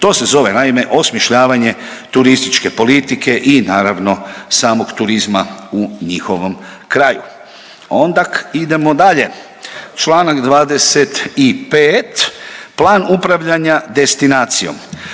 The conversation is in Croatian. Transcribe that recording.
to se zove naime osmišljavanje turističke politike i naravno samog turizma u njihovom kraju. Onda idemo dalje, čl. 25., plan upravljanja destinacijom.